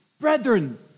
brethren